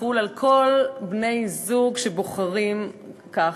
לחול על כל בני-הזוג שבוחרים כך,